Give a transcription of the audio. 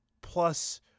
plus